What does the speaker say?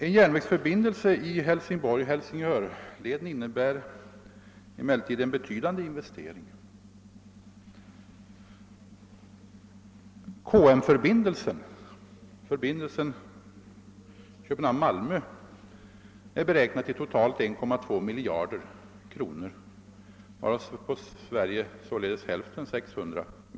En järnvägsförbindelse i läget Hälsingborg—Helsingör innebär emellertid en stor investering. Kostnaderna för KM-förbindelsen — alltså förbindelsen Köpenhamn-—Malmö — är beräknade till totalt 1,2 miljarder kronor, varav på Sverige faller hälften eller 600 miljoner kronor.